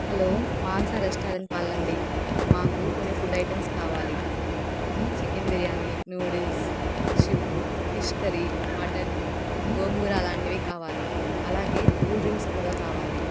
hello మాంసా restaurant వాళ్ళండి మాకు కొన్ని ఫుడ్ ఐటమ్స్ కావాలి చికెన్ బిర్యానీ నూడల్స్ షిఫ ఫిష్ కర్రీ మటన్ గోంగూర అలాంటివి కావాలి అలాగే కూల్ డ్రింక్స్ కూడా కావాలి